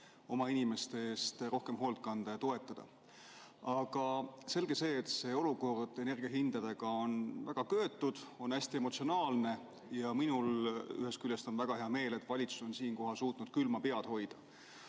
oma inimeste eest rohkem hoolt kanda ja neid toetada! Aga selge on see, et olukord energiahindadega on väga köetud, hästi emotsionaalne. Minul on ühest küljest väga hea meel, et valitsus on siinkohal suutnud külma pead hoida.